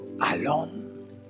alone